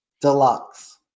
Deluxe